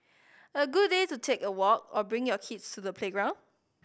a good day to take a walk or bring your kids to the playground